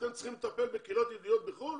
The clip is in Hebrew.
אתם צריכים לטפל בקהילות יהודיות בחו"ל.